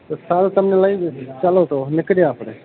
તો સારું હું તમને લઈ જાઉં છું ચાલો તો નીકળીએ આપણે